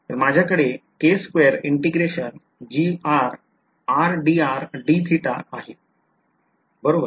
तर माझ्याकडे आहे बरोबर